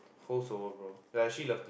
hoes over bro you're actually loved